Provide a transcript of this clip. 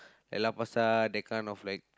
Lau-Pa-Sat that kind of like